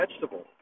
vegetable